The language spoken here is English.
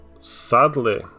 sadly